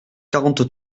quarante